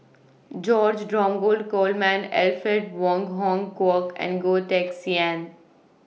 George Dromgold Coleman Alfred Wong Hong Kwok and Goh Teck Sian